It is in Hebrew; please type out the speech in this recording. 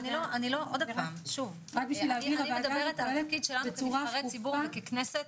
כנבחרי ציבור וככנסת.